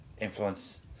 influence